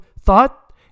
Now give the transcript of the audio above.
Thought